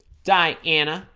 diana